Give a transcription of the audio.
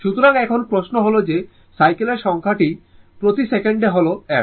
সুতরাং এখন প্রশ্ন হল যে সাইকেলের সংখ্যাটি প্রতি সেকেন্ডে হল f